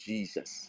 Jesus